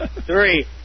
Three